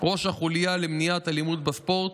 ראש החוליה למניעת אלימות בספורט.